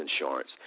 insurance